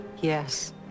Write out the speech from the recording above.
Yes